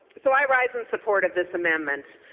so i rise in support of this amendment.